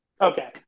okay